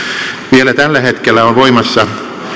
vielä tällä hetkellä on voimassa